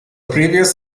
previous